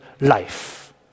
life